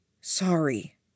Sorry